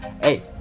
Hey